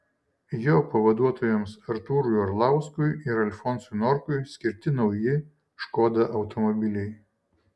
jo pavaduotojams artūrui orlauskui ir alfonsui norkui skirti nauji škoda automobiliai